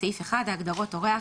בסעיף 1 ההגדרות "אורח",